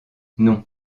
non